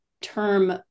term